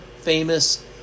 famous